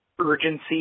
urgency